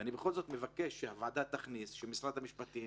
ואני בכל זאת מבקש שהוועדה תכניס שמשרד המשפטים